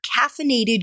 caffeinated